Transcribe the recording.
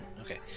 Okay